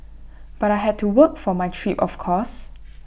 but I had to work for my trip of course